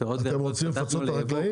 הפירות והירקות פתחנו ליבוא,